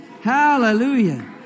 Hallelujah